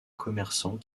commerçant